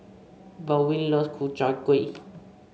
Baldwin loves Ku Chai Kueh